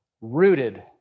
rooted